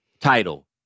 title